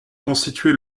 constitué